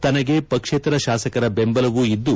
ತನಗೆ ಪಕ್ಷೇತರ ಶಾಸಕರ ಬೆಂಬಲವೂ ಇದ್ದು